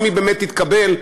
אם היא באמת תתקבל,